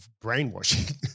brainwashing